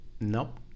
Nope